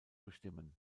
bestimmen